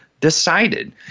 decided